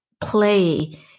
play